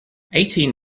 eighteen